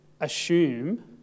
assume